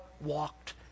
walked